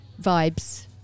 vibes